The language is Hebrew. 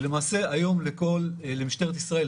היום למשטרת ישראל,